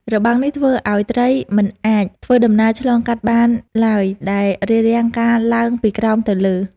របាំងនេះធ្វើឱ្យត្រីមិនអាចធ្វើដំណើរឆ្លងកាត់បានឡើយដែលរារាំងការឡើងពីក្រោមទៅលើ។